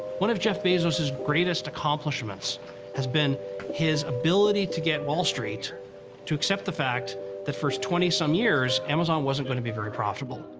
one of jeff bezos' greatest accomplishments has been his ability to get wall street to accept the fact the first twenty some years, amazon wasn't going to be very profitable.